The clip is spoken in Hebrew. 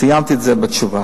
ציינתי את זה בתשובה.